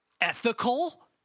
ethical